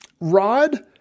rod